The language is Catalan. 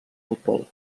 futbol